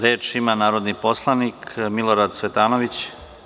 Reč ima narodni poslanik Milorad Cvetanović.